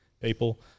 people